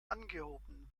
angehoben